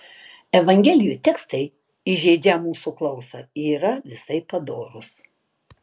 evangelijų tekstai įžeidžią mūsų klausą yra visai padorūs